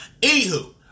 Anywho